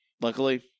Luckily